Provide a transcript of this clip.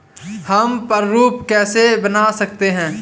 हम प्रारूप कैसे बना सकते हैं?